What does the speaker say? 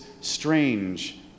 strange